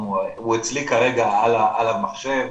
הוא אצלי כרגע על המחשוב,